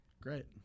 Great